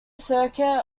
circuit